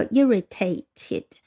irritated